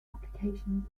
applications